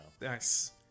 nice